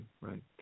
right